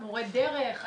מורי דרך,